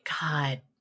God